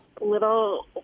little